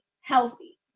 healthy